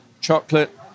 chocolate